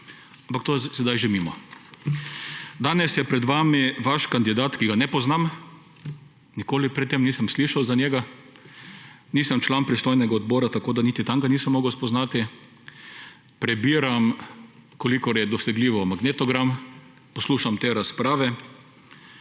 ampak to je sedaj že mimo. Danes je pred vami vaš kandidat, ki ga ne poznam, nikoli pred tem nisem slišal za njega. Nisem član pristojnega odbora tako, da niti tam ga nisem mogel spoznati. Prebiram kolikor je dosegljivo magnetogram, poslušam te razprave